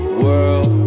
world